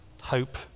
Hope